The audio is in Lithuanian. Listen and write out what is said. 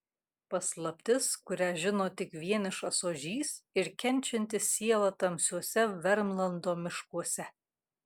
paslaptis kurią žino tik vienišas ožys ir kenčianti siela tamsiuose vermlando miškuose